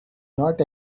not